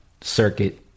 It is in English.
circuit